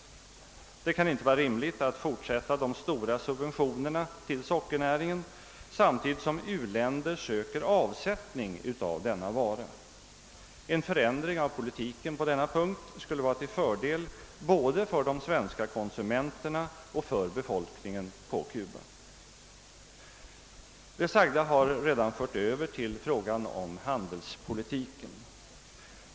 Det kan inte vara rimligt att fortsätta att ge stora subventioner till sockernäringen samtidigt som u-länderna söker avsättning för denna vara. En förändring av politiken på denna punkt skulle vara till fördel både för de svenska konsumenterna och för befolkningen på Cuba. Det sagda har redan fört mig över till frågan om handelspolitiken.